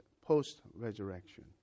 post-resurrection